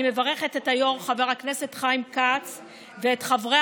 אני מברכת את היו"ר חבר הכנסת חיים כץ ואת חברי